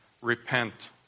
Repent